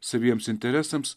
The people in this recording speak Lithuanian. saviems interesams